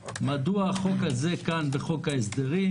מדוע החוק הזה כאן בחוק ההסדרים.